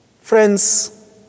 Friends